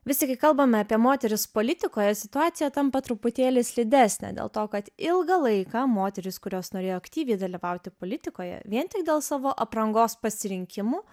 vis tik kai kalbame apie moteris politikoje situacija tampa truputėlį slidesnė dėl to kad ilgą laiką moterys kurios norėjo aktyviai dalyvauti politikoje vien tik dėl savo aprangos pasirinkimų